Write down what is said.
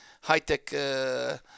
high-tech